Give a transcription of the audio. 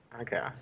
Okay